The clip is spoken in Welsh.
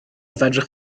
fedrwch